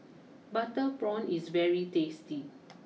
Butter Prawn is very tasty